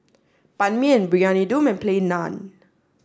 ban mian briyani dum and plain naan